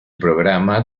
programa